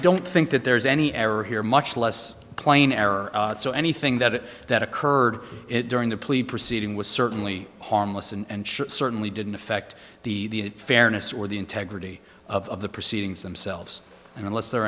don't think that there's any error here much less plain error so anything that that occurred it during the proceeding was certainly harmless and should certainly didn't affect the fairness or the integrity of the proceedings themselves and unless there